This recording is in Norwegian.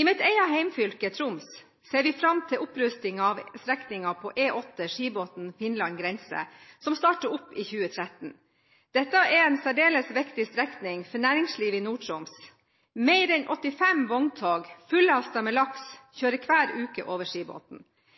I mitt eget hjemfylke, Troms, ser vi fram til opprustingen av E8 Skibotn–Finland grense, som starter opp i 2013. Det er en særdeles viktig strekning for næringslivet i Nord-Troms. Mer enn 85 vogntog fullastet med laks